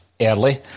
early